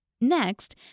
Next